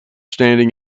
standing